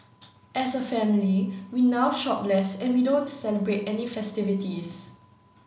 as a family we now shop less and we don't celebrate any festivities